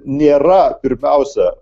nėra pirmiausia